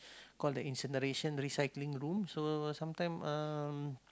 call the incineration recycling room so sometime um